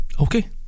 Okay